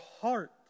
heart